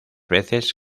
veces